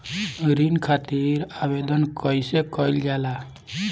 ऋण खातिर आवेदन कैसे कयील जाला?